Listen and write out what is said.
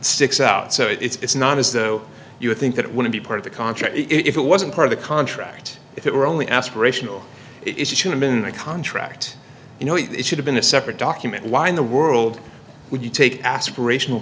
sticks out so it's not as though you would think it would be part of the contract if it wasn't part of a contract if it were only aspirational it should have been a contract you know it should have been a separate document why in the world would you take aspiration